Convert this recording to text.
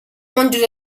monjos